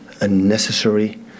unnecessary